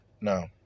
No